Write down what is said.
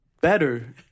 better